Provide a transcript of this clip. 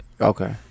Okay